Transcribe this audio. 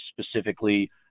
specifically